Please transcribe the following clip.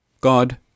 God